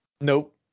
Nope